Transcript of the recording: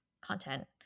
content